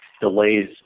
delays